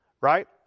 right